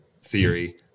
theory